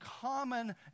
common